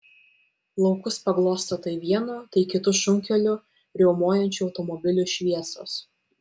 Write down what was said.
laukus paglosto tai vienu tai kitu šunkeliu riaumojančių automobilių šviesos